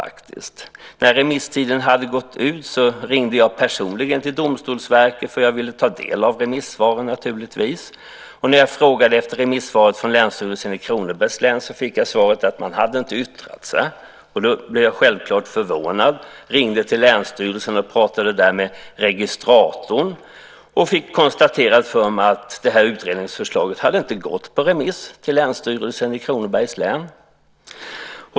När remisstiden hade gått ut ringde jag personligen till Domstolsverket, för jag ville ta del av remissvaren, naturligtvis. När jag frågade efter remissvaret från Länsstyrelsen i Kronobergs län fick jag svaret att man inte hade yttrat sig. Då blev jag självklart förvånad och ringde till länsstyrelsen och pratade med registratorn. Jag fick då konstaterat att utredningsförslaget inte hade gått på remiss till Länsstyrelsen i Kronobergs län.